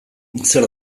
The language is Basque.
zer